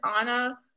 Anna